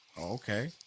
Okay